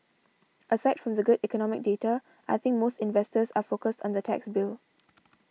aside from the good economic data I think most investors are focused on the tax bill